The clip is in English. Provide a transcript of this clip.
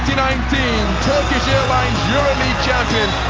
nineteen turkish airlines euroleague champions